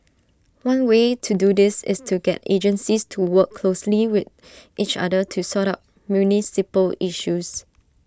one way to do this is to get agencies to work closely with each other to sort out municipal issues